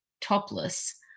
topless